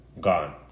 Gone